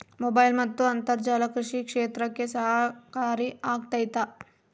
Mobile ಮತ್ತು ಅಂತರ್ಜಾಲ ಕೃಷಿ ಕ್ಷೇತ್ರಕ್ಕೆ ಸಹಕಾರಿ ಆಗ್ತೈತಾ?